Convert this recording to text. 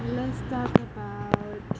let's talk about